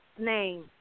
name